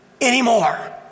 anymore